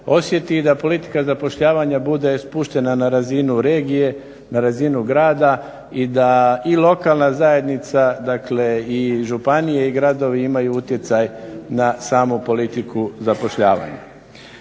osjeti i da politika zapošljavanja bude spuštena na razinu regije, na razinu grada i da i lokalna zajednica i županije i gradovi imaju utjecaj na samu politiku zapošljavanja.